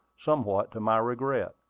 somewhat to my regret.